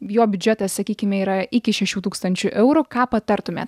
jo biudžetas sakykime yra iki šešių tūkstančių eurų ką patartumėt